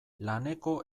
laneko